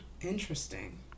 Interesting